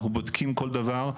אנחנו בודקים כל דבר,